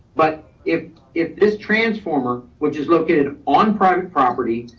but if if this transformer, which is located on private property,